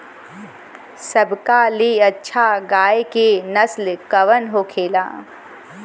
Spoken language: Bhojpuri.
सबका ले अच्छा गाय के नस्ल कवन होखेला?